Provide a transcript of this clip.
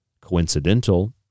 coincidental